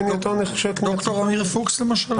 ד"ר עמיר פוקס למשל.